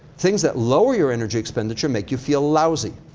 things that lower your energy expenditure make you feel lousy,